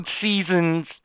seasons